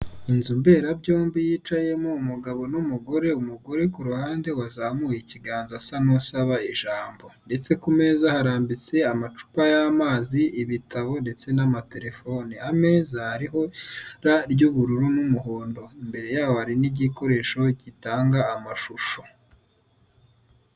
IInzu mberabyombi yicayemo umugabo n'umugore, umugore kuru ruhande wazamuye ikiganza asa nk'usaba ijambo ndetse ku meza harambitse amacupa y'amazi ibitabo ndetse n'amaterefone ameza hariho ibara ry'ubururu n'umuhondo imbere yaho hari n'igikoresho gitanga amashusho.